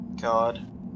God